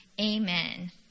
Amen